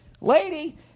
lady